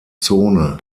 zone